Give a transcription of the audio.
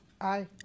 Aye